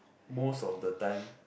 most of the time